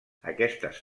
aquestes